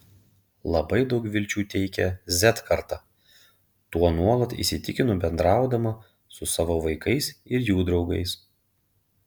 labai daug vilčių teikia z karta tuo nuolat įsitikinu bendraudama su savo vaikais ir jų draugais